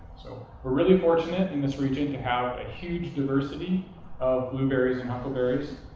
so we're really fortunate in this region to have a huge diversity of blueberries and huckleberries.